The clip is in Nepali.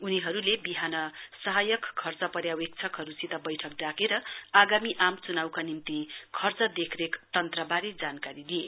उनीहरुले विहान सहयाक खर्चा पर्यवेक्षकहरुसित बैठक डाकेर आगामी आम चुनावका निम्ति खर्चा देखरेख तन्त्रवारे जानकारी दिए